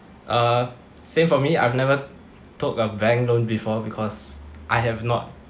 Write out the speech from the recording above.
uh same for me I've never took a bank loan before because I have not